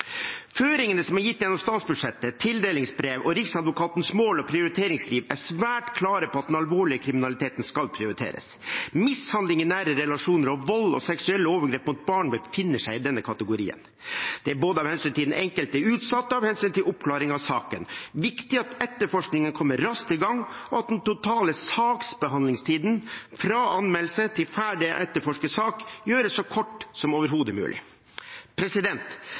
Føringene som er gitt gjennom statsbudsjettet, tildelingsbrev og Riksadvokatens mål- og prioriteringsrundskriv, er svært klare på at den alvorlige kriminaliteten skal prioriteres. Mishandling i nære relasjoner og vold og seksuelle overgrep mot barn befinner seg i denne kategorien. Det er både av hensyn til den enkelte utsatte og av hensyn til oppklaring av saken viktig at etterforskningen kommer raskt i gang, og at den totale saksbehandlingstiden, fra anmeldelse til ferdig etterforsket sak, gjøres så kort som overhodet mulig.